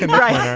and right. yeah